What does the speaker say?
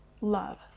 love